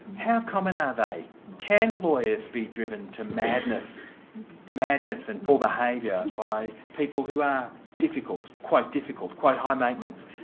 how common are they? can lawyers be driven to madness madness and poor behaviour by people who are difficult, quite difficult, quite high maintenance?